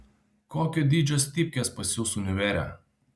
kokio dydžio stipkės pas jus univere